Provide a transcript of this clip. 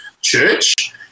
church